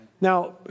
Now